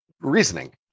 reasoning